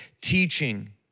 teaching